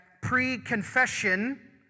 pre-confession